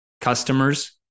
customers